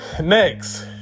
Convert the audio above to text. Next